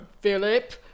Philip